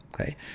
okay